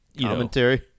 Commentary